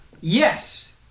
yes